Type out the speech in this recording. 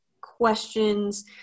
questions